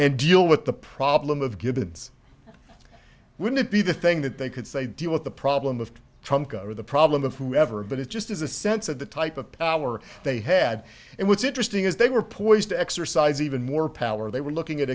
and deal with the problem of givens wouldn't be the thing that they could say deal with the problem of trumka or the problem of whoever but it just is a sense of the type of power they had and what's interesting is they were poised to exercise even more power they were looking at